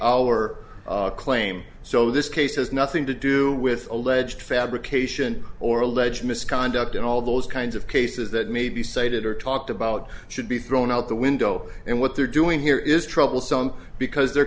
hour claim so this case has nothing to do with alleged fabrication or alleged misconduct and all those kinds of cases that may be cited or talked about should be thrown out the window and what they're doing here is troublesome because the